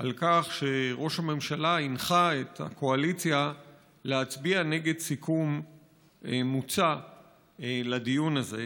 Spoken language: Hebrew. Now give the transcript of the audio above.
על כך שראש הממשלה הנחה את הקואליציה להצביע נגד סיכום מוצע לדיון הזה,